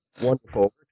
Wonderful